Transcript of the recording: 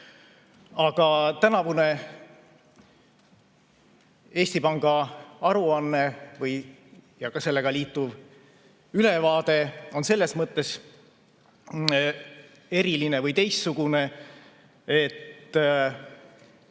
Aga tänavune Eesti Panga aruanne ja ka sellega liituv ülevaade on selles mõttes erilised või teistsugused, et